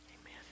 amen